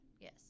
Yes